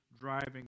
driving